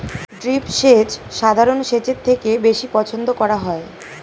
drip সেচ সাধারণ সেচের থেকে বেশি পছন্দ করা হয়